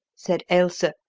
said ailsa,